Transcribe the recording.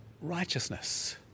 righteousness